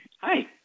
Hi